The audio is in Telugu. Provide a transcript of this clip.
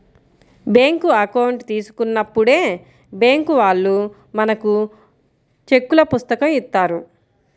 బ్యేంకు అకౌంట్ తీసుకున్నప్పుడే బ్యేంకు వాళ్ళు మనకు చెక్కుల పుస్తకం ఇత్తారు